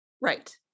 Right